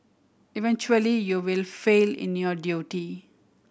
eventually you will fail in your duty